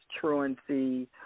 truancy